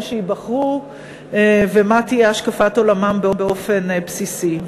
שייבחרו ומה תהיה השקפת עולמם באופן בסיסי.